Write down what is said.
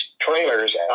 trailers